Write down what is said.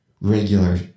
regular